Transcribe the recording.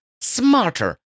smarter